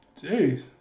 Jeez